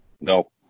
No